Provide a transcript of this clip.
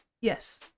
Yes